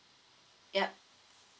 yup